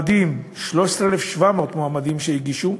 ב-13,700 מועמדים שהגישו,